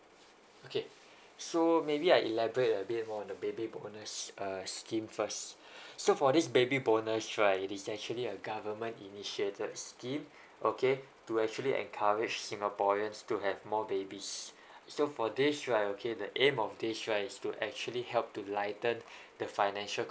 okay so maybe I elaborate a bit more on the baby bonus err scheme first so for this baby bonus right it is actually a government initiated scheme okay to actually encourage singaporeans to have more babies so for this right okay the aim of this right is to actually help to lighten the financial